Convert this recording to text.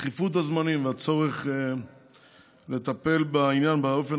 דחיפות הזמנים והצורך לטפל בעניין באופן